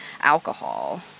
alcohol